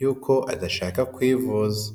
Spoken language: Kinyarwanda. y'uko adashaka kwivuza.